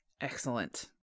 Excellent